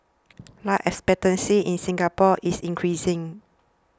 life expectancy in Singapore is increasing